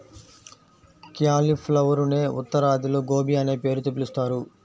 క్యాలిఫ్లవరునే ఉత్తరాదిలో గోబీ అనే పేరుతో పిలుస్తారు